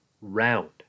round